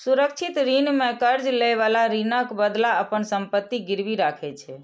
सुरक्षित ऋण मे कर्ज लएबला ऋणक बदला अपन संपत्ति गिरवी राखै छै